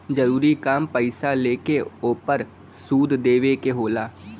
जरूरी काम पईसा लेके ओपर सूद देवे के होला